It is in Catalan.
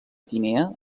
guinea